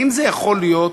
האם זה יכול להיות?